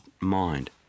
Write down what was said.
mind